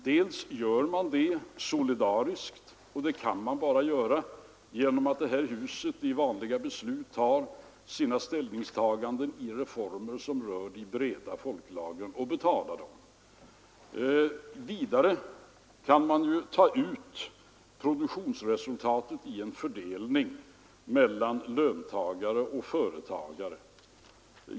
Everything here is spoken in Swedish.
Man gör det solidariskt, och det kan man bara göra genom att denna kammare med vanliga beslut gör sina ställningstaganden till reformer som rör de breda folklagren — och betalar dem. Vidare kan man ju ta ut produktionsresultatet i en fördelning mellan löntagare och företagare.